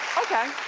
okay.